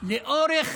לאורך